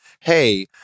hey